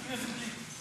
חבר הכנסת גליק.